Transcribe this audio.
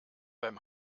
beim